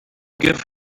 give